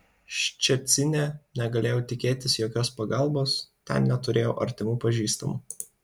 ščecine negalėjau tikėtis jokios pagalbos ten neturėjau artimų pažįstamų